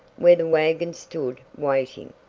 where the wagon stood waiting.